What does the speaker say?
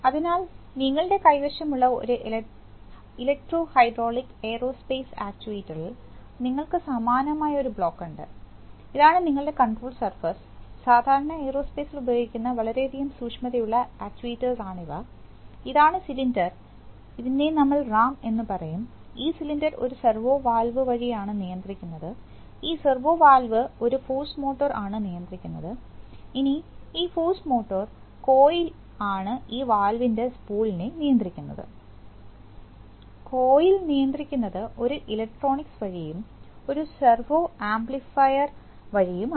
അതിനാൽ നിങ്ങളുടെ കൈവശമുള്ള ഒരു ഇലക്ട്രോ ഹൈഡ്രോളിക് എയ്റോസ്പേസ് ആക്യുവേറ്ററിൽ നിങ്ങൾക്ക് സമാനമായ ഒരു ബ്ലോക്ക് ഉണ്ട് ഇതാണ് നിങ്ങളുടെ കണ്ട്രോൾ സർഫസ് സാധാരണ എയറോസ്പേസ്ൽ ഉപയോഗിക്കുന്ന വളരെയധികം സൂക്ഷ്മതയുള്ള ആക്ടിവിസ്റ്റുകൾ ആണ് ഇവ ഇതാണു സിലിൻഡർ അതിനെ നമ്മൾ റാം എന്ന് പറയും ഈ സിലിണ്ടർ ഒരു സർവോ വാൽവ് വഴിയാണു നിയന്ത്രിക്കുന്നത് ഈ സർവോവാൽവ് ഒരു ഫോഴ്സ് മോട്ടർ ആണു നിയന്ത്രിക്കുന്നത് ഇനി ഈഫോഴ്സ് മോട്ടർ കോയിൽ ആണ് ഈ വാൽവിൻറെ സ്കൂളിനെ നിയന്ത്രിക്കുന്നത് കോയിൽ നിയന്ത്രിക്കുന്നത് ഒരു ഇലക്ട്രോണിക്സ് വഴിയും ഒരു സർവോ ആംപ്ലിഫയർ വഴിയുമാണ്